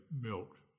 milked